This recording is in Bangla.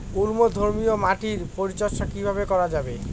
অম্লধর্মীয় মাটির পরিচর্যা কিভাবে করা যাবে?